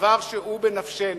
דבר שהוא בנפשנו?